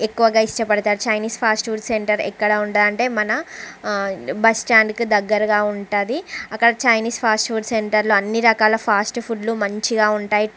ఎక్కువగా ఇష్టపడుతారు Chinese fast food centre ఎక్కడ ఉండాలి అంటే మన బస్టాండ్కు దగ్గరగా ఉంటుంది అక్కడ చైనీస్ ఫాస్ట్ ఫుడ్ సెంటర్లో అన్ని రకాల ఫాస్ట్ఫుడ్లు మంచిగా ఉంటాయి